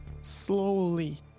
slowly